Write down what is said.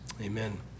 Amen